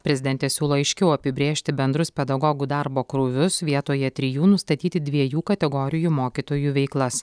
prezidentė siūlo aiškiau apibrėžti bendrus pedagogų darbo krūvius vietoje trijų nustatyti dviejų kategorijų mokytojų veiklas